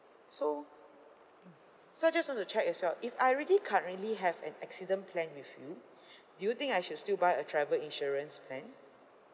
so so just want to check as well if I already currently have an accident plan with you do you think I should still buy a travel insurance plan